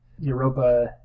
Europa